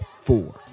four